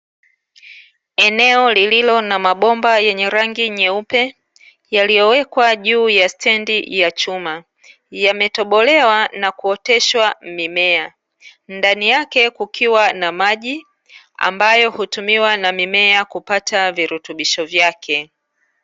Eneo lililo na mabomba yenye rangi nyeupe, yaliyowekwa juu ya stendi ya chuma yametobolewa na kuoteshwa mimea, ndani yake kukiwa na maji ambayo hutumiwa na mimea kupata virutubisho vyake.